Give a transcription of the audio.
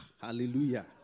Hallelujah